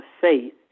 faith